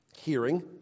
hearing